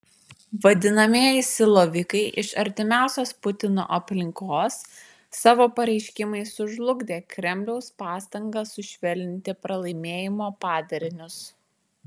vadinamieji silovikai iš artimiausios putino aplinkos savo pareiškimais sužlugdė kremliaus pastangas sušvelninti pralaimėjimo padarinius